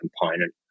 component